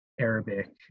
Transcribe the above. Arabic